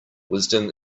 wisdom